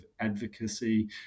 advocacy